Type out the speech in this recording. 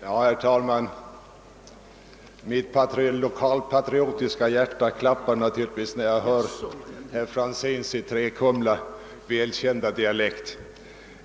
Herr talman! Mitt lokalpatriotiska hjärta klappar naturligtvis fortare när jag hör herr Franzéns i Träkumla välkända dialekt.